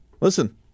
listen